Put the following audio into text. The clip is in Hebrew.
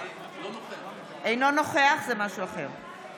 דוד ביטן, אינו נוכח ולדימיר